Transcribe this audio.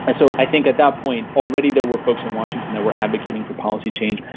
and so i think at that point already there were folks in washington that were advocating for policy change,